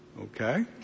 Okay